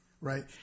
right